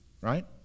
Right